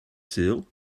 sul